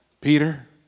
Peter